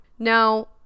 now